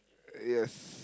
yes